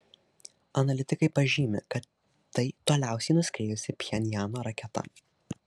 analitikai pažymi kad tai toliausiai nuskriejusi pchenjano raketa